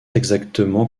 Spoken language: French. exactement